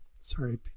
sorry